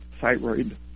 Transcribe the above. Thyroid